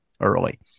early